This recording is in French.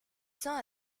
cents